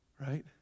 right